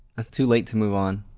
that's too late to move on.